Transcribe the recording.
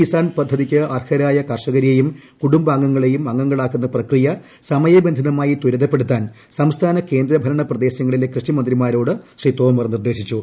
കിസാൻ പദ്ധതിക്ക് അർഹതരായ കർഷകരേയും കുടുംബാംഗങ്ങളേയും അംഗങ്ങളാക്കുന്ന പ്രക്രിയ സമയബന്ധിതമായി ത്വരിതപ്പെടുത്താൻ സ്റ്റ്സ്ഥാന കേന്ദ്ര ഭരണ പ്രദേശങ്ങളിലെ കൃഷിമന്ത്രിമാരോട്ട് ശ്രീ തോമർ നിർദ്ദേശിച്ചു